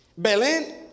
Belén